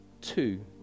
two